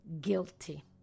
guilty